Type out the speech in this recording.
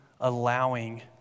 allowing